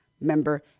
member